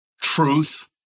truth